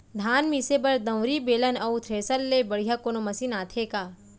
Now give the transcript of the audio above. धान मिसे बर दंवरि, बेलन अऊ थ्रेसर ले बढ़िया कोनो मशीन आथे का?